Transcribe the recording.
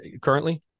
currently